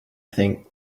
think